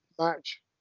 match